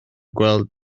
gweld